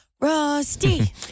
rusty